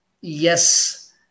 yes